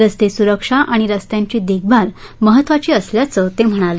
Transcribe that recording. रस्ते सुरक्षा आणि रस्त्यांची देखभाल महत्वाची असल्याचं ते म्हणाले